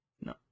No